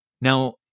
now